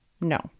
No